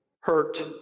hurt